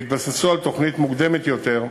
והתבססו על תוכנית מוקדמת יותר.